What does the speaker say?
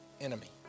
enemy